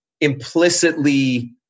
implicitly